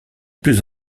plus